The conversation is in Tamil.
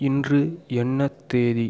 இன்று என்ன தேதி